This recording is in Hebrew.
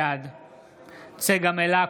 בעד צגה מלקו,